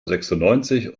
sechsundneunzig